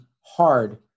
hard